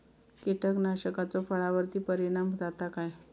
कीटकनाशकाचो फळावर्ती परिणाम जाता काय?